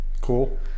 Cool